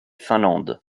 finlande